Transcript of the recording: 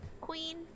queen